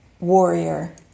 Warrior